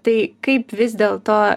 tai kaip vis dėlto